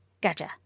gotcha